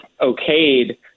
okayed